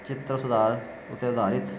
ਚਿੱਤਰ ਸੁਧਾਰ ਉਤੇ ਅਧਾਰਿਤ